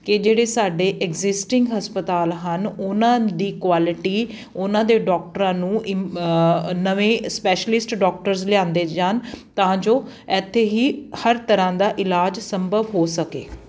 ਕਿ ਜਿਹੜੇ ਸਾਡੇ ਐਗਜਿਸਟਿੰਗ ਹਸਪਤਾਲ ਹਨ ਉਹਨਾਂ ਦੀ ਕੁਆਲਿਟੀ ਉਹਨਾਂ ਦੇ ਡੋਕਟਰਾਂ ਨੂੰ ਇਮ ਨਵੇਂ ਸਪੈਸ਼ਲਿਸਟ ਡੋਕਟਰਸ ਲਿਆਉਂਦੇ ਜਾਣ ਤਾਂ ਜੋ ਇੱਥੇ ਹੀ ਹਰ ਤਰ੍ਹਾਂ ਦਾ ਇਲਾਜ ਸੰਭਵ ਹੋ ਸਕੇ